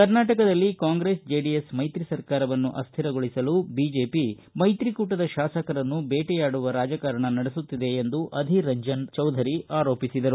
ಕರ್ನಾಟಕದಲ್ಲಿ ಕಾಂಗ್ರೆಸ್ ಜೆಡಿಎಸ್ ಮೈತ್ರಿ ಸರ್ಕಾರವನ್ನು ಅಸ್ವಿರಗೊಳಿಸಲು ಬಿಜೆಪಿ ಮೈತ್ರಿಕೂಟದ ಶಾಸಕರನ್ನು ಬೇಟೆಯಾಡುವ ರಾಜಕಾರಣ ನಡೆಸುತ್ತಿದೆ ಎಂದು ಅಧೀರ್ ರಂಜನ್ ಚೌಧರಿ ಆರೋಪಿಸಿದರು